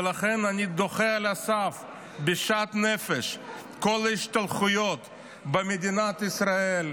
ולכן אני דוחה על הסף בשאט נפש את כל ההשתלחויות במדינת ישראל,